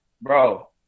bro